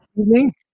evening